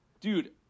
dude